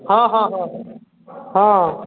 हँ हँ हँ हँ